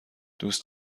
دوست